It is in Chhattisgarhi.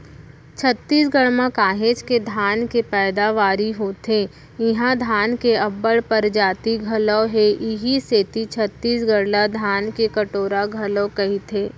छत्तीसगढ़ म काहेच के धान के पैदावारी होथे इहां धान के अब्बड़ परजाति घलौ हे इहीं सेती छत्तीसगढ़ ला धान के कटोरा घलोक कइथें